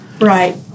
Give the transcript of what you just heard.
Right